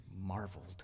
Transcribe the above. marveled